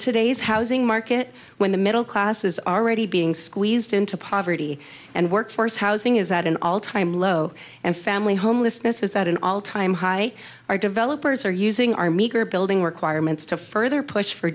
today's housing market when the middle class is already being squeezed into poverty and workforce housing is at an all time low and family homelessness is that an all time high our developers are using our meager building requirements to further push for